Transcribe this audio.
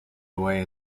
away